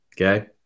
Okay